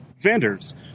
vendors